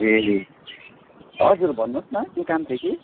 hello हजुर भन्नुहोस् न के काम थियो कि